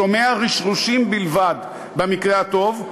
שומע רשרושים בלבד במקרה הטוב,